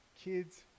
Kids